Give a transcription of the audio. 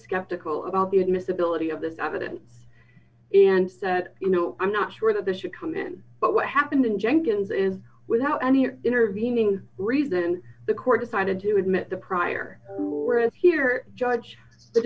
skeptical about the admissibility of this evidence and said you know i'm not sure that this should come in but what happened in jenkins in without any intervening reason the court decided to admit the prior whereas here judge the